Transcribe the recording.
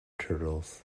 turtles